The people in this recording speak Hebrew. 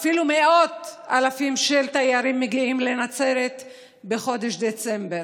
אפילו מאות אלפים של תיירים מגיעים לנצרת בחודש דצמבר.